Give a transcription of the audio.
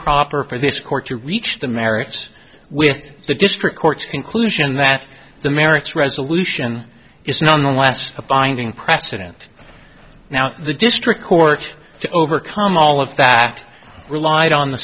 improper for this court to reach the merits with the district court's conclusion that the merits resolution is nonetheless a binding precedent now the district court to overcome all of that relied on the